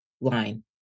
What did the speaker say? line